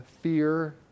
fear